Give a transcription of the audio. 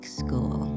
school